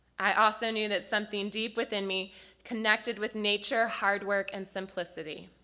i also knew that something deep within me connected with nature, hard work, and simplicity.